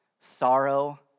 sorrow